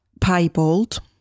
piebald